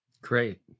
Great